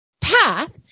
path